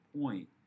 point